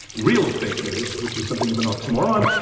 real fake news, which is something of an oxymoron,